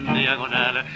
diagonal